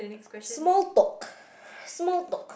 small talk small talk